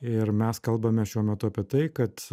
ir mes kalbame šiuo metu apie tai kad